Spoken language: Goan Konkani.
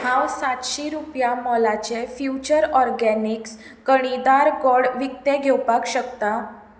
हांव सातशीं रुपया मोलाचें फ्युचर ऑरगॅनिक्स कणीदार गोड विकतें घेवपाक शकता